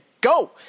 go